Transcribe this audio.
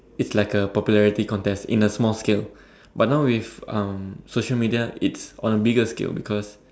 it's like a popularity contest in a small scale but now with um social media it's on a bigger scale because